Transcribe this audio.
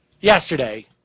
yesterday